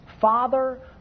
Father